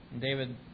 David